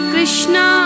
Krishna